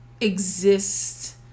exist